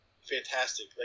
fantastic